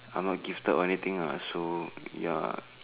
I'm not gifted or anything lah so ya